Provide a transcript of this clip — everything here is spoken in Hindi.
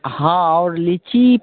हाँ और लीची